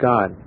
God